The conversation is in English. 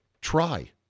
Try